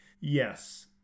yes